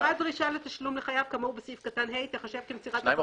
מסירת דרישה לתשלום לחייב כאמור בסעיף קטן (ה) תיחשב כמסירת